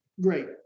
Great